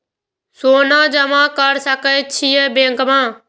सोना जमा कर सके छी बैंक में?